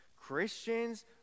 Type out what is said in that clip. christians